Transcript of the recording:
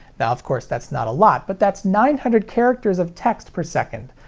now of course that's not a lot, but that's nine hundred characters of text per second.